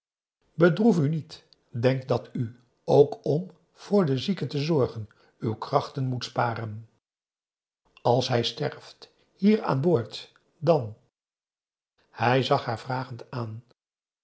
bedroef u niet denk dat u ook om voor den zieke te zorgen uw krachten moet sparen als hij sterft hier aan boord dan hij zag haar vragend aan